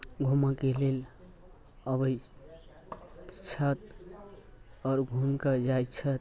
घूमऽके लेल अबै छथि आओर घूमिकऽ जाइ छथि